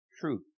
truth